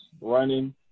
running